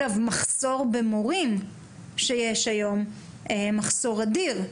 יש היום מחסור אדיר במורים.